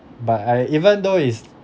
but I even though it's